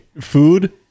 food